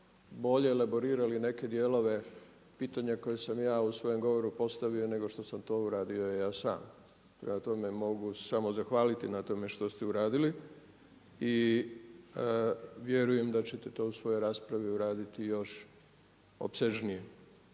bolje elaborirali neke dijelove pitanja koje sam ja u svojem govoru postavio nego što sam to uradio ja sam. Prema tome, mogu samo zahvaliti na tome što ste uradili. I vjerujem da ćete to u svojoj raspravi uraditi još opsežnije.